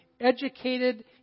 educated